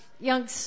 young